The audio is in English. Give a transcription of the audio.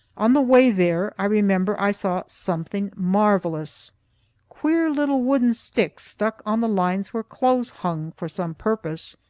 on the way there, i remember, i saw something marvellous queer little wooden sticks stuck on the lines where clothes hung for some purpose.